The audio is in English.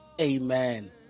Amen